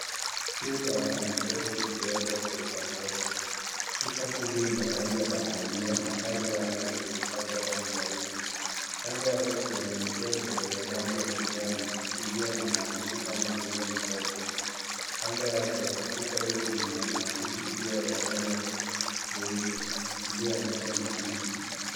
Chupa na mikebe iliyowekwa kwa pamoja. Chupa hizi ni za rangi ya kahawia na kando yake zimepakwa rangi ya bluu. Kando yake kuna mikebe ya rangi ya kijani iliyo na maandishi kama vile mgongo. Kando yake chupa hizo zina maandishi pia ya rangi nyeupe iliyoandikwa Mitiki.